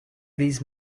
these